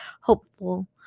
hopeful